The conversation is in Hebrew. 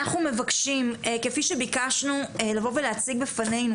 אנחנו מבקשים כפי שבקשנו לבוא ולהציג בפנינו